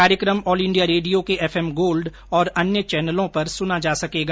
कार्यक्रम All India Radio के F M Gold और अन्य चैनलों पर सुना जा सकेगा